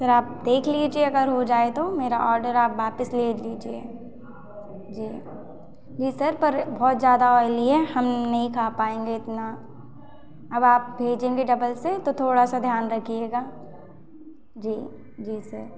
sir आप देख लीजिए अगर हो जाए तो मेरा ऑर्डर आप वापस ले लीजिए जी जी सर पर बहुत ज़्यादा ऑयली है हम नहीं खा पाएँगे इतना अब आप भेजेंगे डबल से तो थोड़ा सा ध्यान रखिएगा जी जी सर